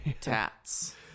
tats